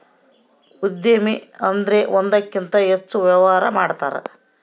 ಉದ್ಯಮಿ ಅಂದ್ರೆ ಒಂದಕ್ಕಿಂತ ಹೆಚ್ಚು ವ್ಯವಹಾರ ಮಾಡ್ತಾರ